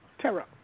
terror